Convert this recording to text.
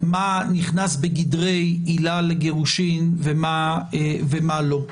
מה נכנס בגדר עילה לגירושין ומה לא.